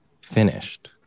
finished